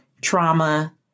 trauma